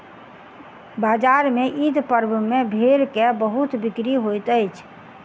बजार में ईद पर्व में भेड़ के बहुत बिक्री होइत अछि